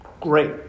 Great